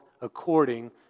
according